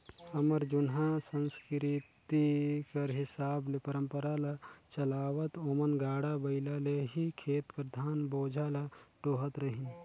हमर जुनहा संसकिरती कर हिसाब ले परंपरा ल चलावत ओमन गाड़ा बइला ले ही खेत कर धान बोझा ल डोहत रहिन